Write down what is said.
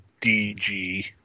DG